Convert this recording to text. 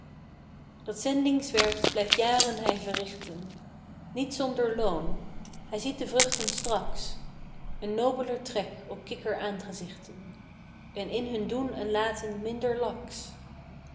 dat zendingswerk blijft jaren hij verrichten niet zonder loon hij ziet de vruchten straks een nobeler trek op kikkeraangezichten en in hun doen en laten minder laks